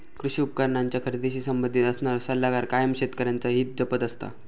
कृषी उपकरणांच्या खरेदीशी संबंधित असणारो सल्लागार कायम शेतकऱ्यांचा हित जपत असता